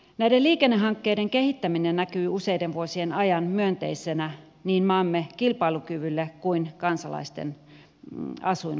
näiden liikennehankkeiden kehittäminen näkyy useiden vuosien ajan myönteisenä niin maamme kilpailukyvylle kuin kansalaisten asuinoloille